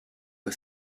for